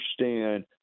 understand